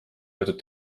võetud